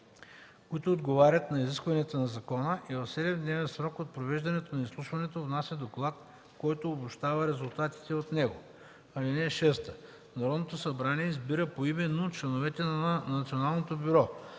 които отговарят на изискванията на закона, и в 7-дневен срок от провеждането на изслушването внася доклад, който обобщава резултатите от него. (6) Народното събрание избира поименно членовете на Националното бюро.